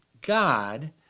God